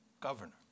governor